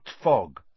fog